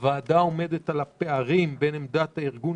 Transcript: הוועדה עומדת על הפערים בין עמדת הארגון